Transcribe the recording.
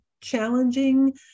challenging